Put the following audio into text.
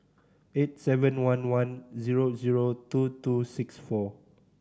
eight seven one one zero zero two two six four